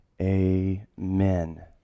amen